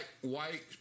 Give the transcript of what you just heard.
White